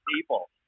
people